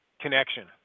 connection